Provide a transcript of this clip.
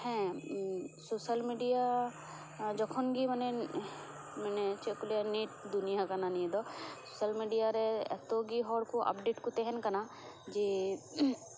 ᱦᱮᱸ social media ᱡᱚᱠᱷᱚᱱ ᱜᱮ ᱢᱟᱱᱮ ᱢᱟᱱᱮ ᱪᱮᱫ ᱠᱚ ᱞᱟᱹᱭᱟ ᱱᱮᱴ ᱫᱩᱱᱤᱭᱟ ᱠᱟᱱᱟ ᱱᱤᱭᱟᱹ ᱫᱚ ᱥᱳᱥᱟᱞ ᱢᱮᱰᱤᱭᱟ ᱨᱮ ᱮᱛᱳ ᱜᱮ ᱦᱚᱲ ᱠᱚ ᱟᱯᱰᱮᱴ ᱠᱚ ᱛᱟᱦᱮᱱ ᱠᱟᱱᱟ ᱡᱮ